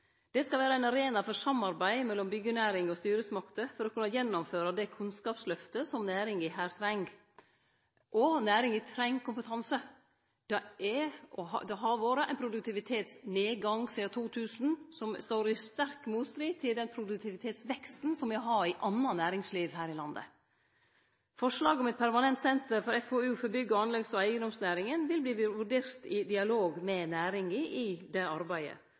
som skal heite Bygg21. Det skal vere ein arena for samarbeid mellom byggjenæring og styresmakter for å kunne gjennomføre det kunnskapslyftet som næringa her treng. Og næringa treng kompetanse – det har vore ein produktivitetsnedgang sidan 2000 som står i sterk motstrid til den produktivitetsveksten som me har i anna næringsliv her i landet. Forslaget om eit permanent senter for FoU for byggje-, anleggs- og eigedomsnæringa vil verte vurdert i dialog med næringa i det arbeidet.